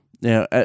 Now